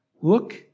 look